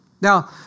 Now